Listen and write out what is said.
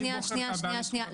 מי בוחר אותם?